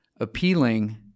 appealing